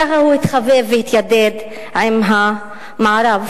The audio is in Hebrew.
ככה הוא התחבב והתיידד עם המערב,